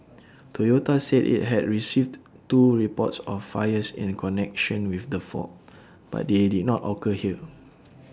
Toyota said IT had received two reports of fires in connection with the fault but they did not occur here